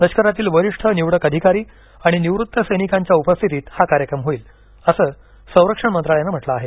लष्करातील वरिष्ठ निवडक अधिकारी आणि निवृत्त सैनिकांच्या उपस्थितीत हा कार्यक्रम होईल अस संरक्षण मंत्रालयान म्हटलं आहे